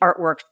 artwork